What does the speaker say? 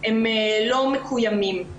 הם לא מקוימים.